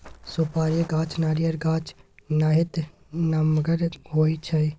सुपारी गाछ नारियल गाछ नाहित नमगर होइ छइ